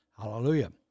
Hallelujah